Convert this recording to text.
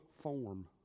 form